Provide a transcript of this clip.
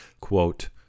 Quote